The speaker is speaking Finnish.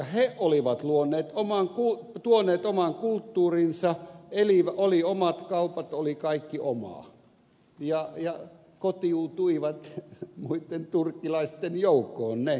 he olivat tuoneet oman kulttuurinsa oli omat kaupat oli kaikki omaa ja ne jotka maahan tulivat kotiutuivat muitten turkkilaisten joukkoon